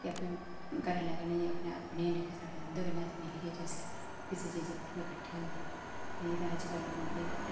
कि अपने घरैआह्लें कन्नै जां अपने होंदे जेह्ड़े अस उं'दे नै मिलियै जिसलै कुसै चीज़ै पर किट्ठे होंदे जि'यां की अजकल